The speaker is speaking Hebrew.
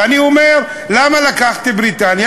ואני אומר, למה לקחתי את בריטניה?